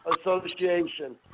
Association